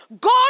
God